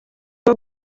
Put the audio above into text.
bwo